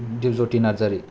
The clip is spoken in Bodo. दिपजति नार्जारि